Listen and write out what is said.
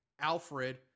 Alfred